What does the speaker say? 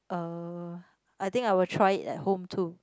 uh I think I will try it at home too